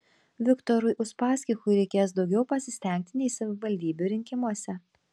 viktorui uspaskichui reikės daugiau pasistengti nei savivaldybių rinkimuose